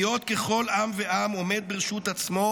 להיות ככל עם ועם עומד ברשות עצמו,